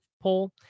poll